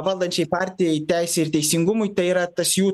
valdančiai partijai teisei ir teisingumui tai yra tas jų